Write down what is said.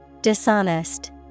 Dishonest